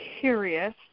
curious